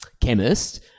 chemist